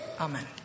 amen